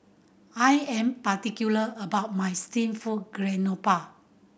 I am particular about my steamed garoupa